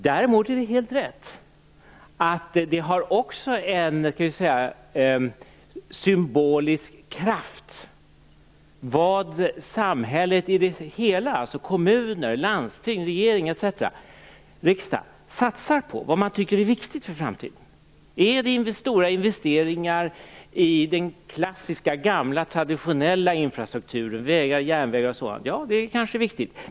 Däremot är det helt riktigt att det också har en symbolisk kraft vad samhället i stort, dvs. kommuner, landsting, regering och riksdag, satsar på och vad man tycker är viktigt för framtiden. Är det stora investeringar i den gamla klassiska, traditionella infrastrukturen, som vägar, järnvägar och sådant? Ja, det kanske är viktigt.